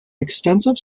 extensive